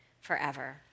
forever